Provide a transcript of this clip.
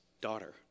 daughter